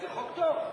זה חוק טוב.